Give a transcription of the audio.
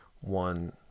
one